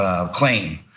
claim